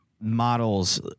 models